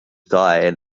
died